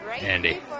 Andy